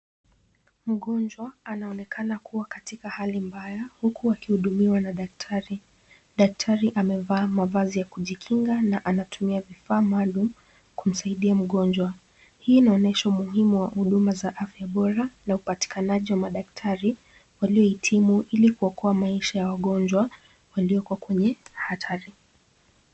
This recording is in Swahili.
Mgonjwa anaonekana kuwa katika hali mbaya huku akihudumiwa na daktari. Daktari amevaa mavazi ya kujikinga na anatumia vifaa maalum kumsaidia mgonjwa. Hii inaonyesha umuhimu wa huduma za afya bora na upatikanaji wa madaktari, waliohitimu ili kuokoa maisha ya wagonjwa waliokuwa kwenye hatari.